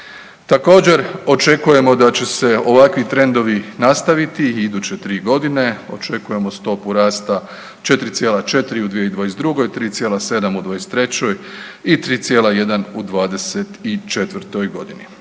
Također, očekujemo da će se ovakvi trendovi nastaviti i iduće 3 godine, očekujemo stopu rasta 4,4 u 2022., 3,7 u '23. i 3,1 u '24. g.